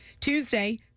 Tuesday